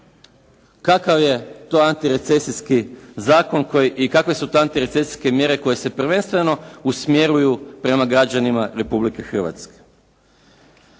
Kakav je to antirecesijski zakon i kakve su to antirecesijske mjere koje se prvenstveno usmjeruju prema građanima Republike Hrvatske?